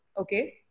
okay